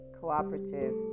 cooperative